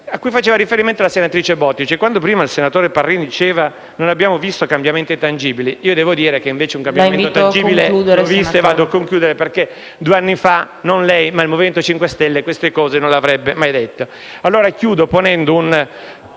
a cui faceva riferimento la senatrice Bottici). Quanto prima il senatore Parrini diceva che non abbiamo visto cambiamenti tangibili, devo dire che invece un cambiamento tangibile l'ho visto perché due anni fa non lei, ma il MoVimento 5 Stelle queste cose non le avrebbe mai dette. In conclusione vorrei